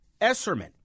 Esserman